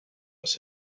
was